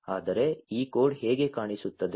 ಆದರೆ ಈ ಕೋಡ್ ಹೇಗೆ ಕಾಣಿಸುತ್ತದೆ